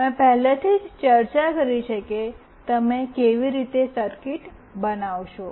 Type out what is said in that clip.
મેં પહેલેથી જ ચર્ચા કરી છે કે તમે કેવી રીતે સર્કિટ બનાવશો